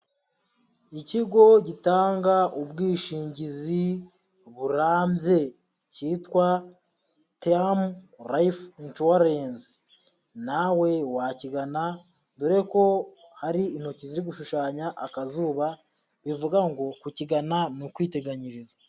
Ikigo gitanga ubwishingizi burambye. Cyitwa Term Life Insurance, nawe wakigana dore ko hari intoki ziri gushushanya akazuba bivuga ngo kukigana ni ukwiteganyiriza.